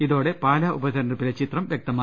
ഇതോടെ പാലാ ഉപതെര ഞ്ഞെടുപ്പിലെ ചിത്രം വൃക്തമായി